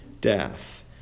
death